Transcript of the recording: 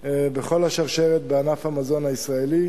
בכל השרשרת בענף המזון הישראלי,